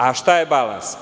A šta je balans?